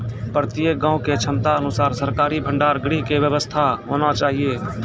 प्रत्येक गाँव के क्षमता अनुसार सरकारी भंडार गृह के व्यवस्था होना चाहिए?